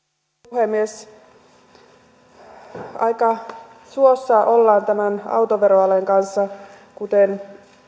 puhemies aika suossa ollaan tämän autoveroalen kanssa kuten